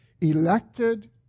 elected